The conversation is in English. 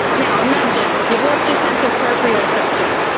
now, imagine you've lost your sense of proprioception,